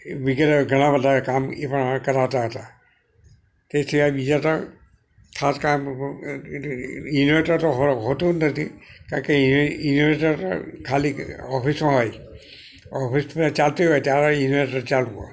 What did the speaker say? વિગેરે ઘણા બધા કામ એ પણ અમે કરાવતા હતા તે સિવાય બીજા તો ખાસ કામ ઇંવેટર તો હો હો હોતું જ નથી કારણ કે ઇંવેટર ખાલી ઓફિસમાં હોય ઓફિસમાં ચાલતી હોય ત્યારે ઇંવેટર ચાલુ હોય